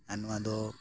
ᱟᱨ ᱱᱚᱣᱟ ᱫᱚ